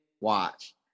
watch